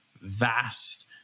vast